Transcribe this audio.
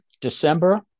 december